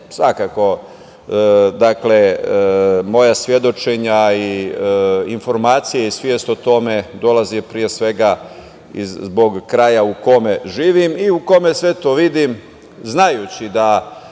Svakako moja svedočenja i informacije i svest o tome dolazi, pre svega, zbog kraja u kome živim i u kome sve to vidim, znajući da